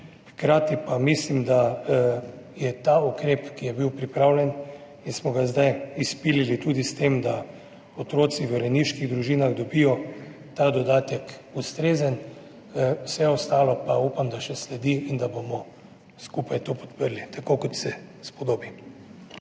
Hkrati pa mislim, da je ta ukrep, ki je bil pripravljen in smo ga zdaj izpilili tudi s tem, da otroci v rejniških družinah dobijo ta dodatek, ustrezen. Vse ostalo pa upam, da še sledi in da bomo skupaj to podprli, tako kot se spodobi.